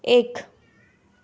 एक